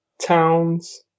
Towns